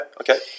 Okay